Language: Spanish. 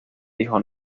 dijo